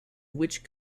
which